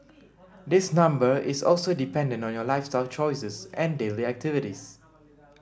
this number is also dependent on your lifestyle choices and daily activities